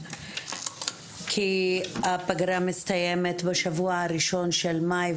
כי הפגרה מסתיימת בשבוע הראשון של מאי,